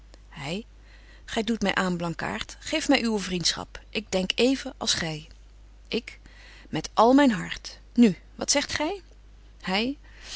hy gy doet my aan blankaart geef my uwe vriendschap ik denk even als gy ik met al myn hart nu wat zegt gy